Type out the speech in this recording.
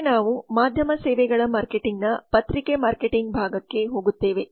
ಮುಂದೆ ನಾವು ಮಾಧ್ಯಮ ಸೇವೆಗಳ ಮಾರ್ಕೆಟಿಂಗ್ನ ಪತ್ರಿಕೆ ಮಾರ್ಕೆಟಿಂಗ್ ಭಾಗಕ್ಕೆ ಹೋಗುತ್ತೇವೆ